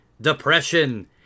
Depression